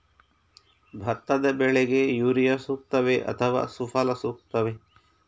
ಭತ್ತದ ಬೆಳೆಗೆ ಯೂರಿಯಾ ಸೂಕ್ತವೇ ಅಥವಾ ಸುಫಲ ಸೂಕ್ತವೇ?